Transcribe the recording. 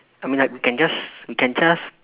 I mean like we can just we can just